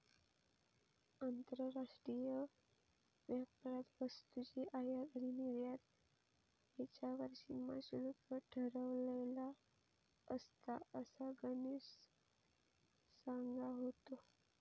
आंतरराष्ट्रीय व्यापारात वस्तूंची आयात आणि निर्यात ह्येच्यावर सीमा शुल्क ठरवलेला असता, असा गणेश सांगा होतो